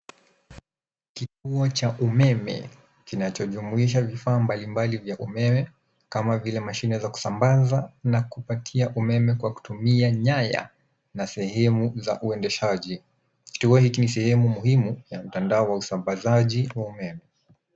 Kituo cha umeme kinachojumuisha vifaa mbalimbali vya umeme kama vile mashine za kusambaza na kupakia umeme kwa kutumia nyaya na sehemu za uendeshaji. Kituo hiki ni sehemu muhimu ya mtandao wa usambazaji wa umeme.